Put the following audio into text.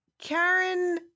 Karen